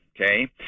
Okay